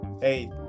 hey